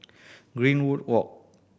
Greenwood Walk